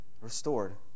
restored